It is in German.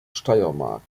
steiermark